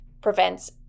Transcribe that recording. prevents